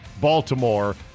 Baltimore